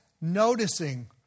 noticing